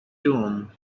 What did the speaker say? tone